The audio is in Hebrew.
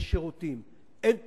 יש שירותים, אין תקציב,